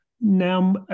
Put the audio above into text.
now